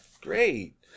great